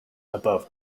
above